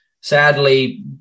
sadly